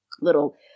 little